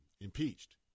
impeached